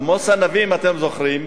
עמוס הנביא, אם אתם זוכרים,